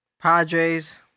Padres